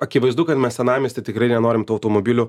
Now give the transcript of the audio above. akivaizdu kad mes senamiesty tikrai nenorim tų automobilių